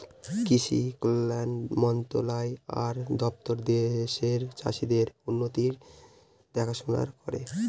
কৃষি কল্যাণ মন্ত্রণালয় আর দপ্তর দেশের চাষীদের উন্নতির দেখাশোনা করে